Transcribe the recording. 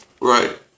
Right